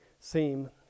seem